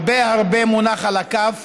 הרבה הרבה מונח על הכף